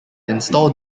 install